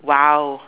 !wow!